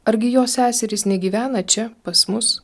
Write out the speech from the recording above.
argi jo seserys negyvena čia pas mus